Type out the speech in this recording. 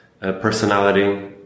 personality